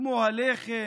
כמו הלחם,